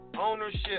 ownership